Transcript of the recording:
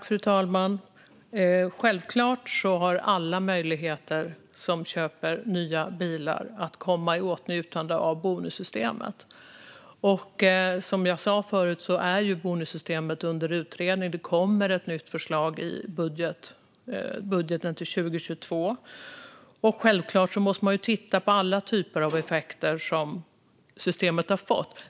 Fru talman! Självklart ska alla som köper en ny bil komma i åtnjutande av bonussystemet, och som jag sa förut är ju bonussystemet under utredning. Det kommer ett nytt förslag i budgeten till 2022. Självklart måste man titta på alla typer av effekter som systemet har fått.